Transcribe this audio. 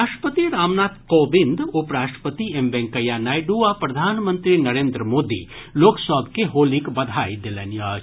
राष्ट्रपति रामनाथ कोविंद उपराष्ट्रपति एम वेंकैया नायडू आ प्रधानमंत्री नरेन्द्र मोदी लोक सभ के होलीक बधाई देलनि अछि